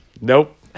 Nope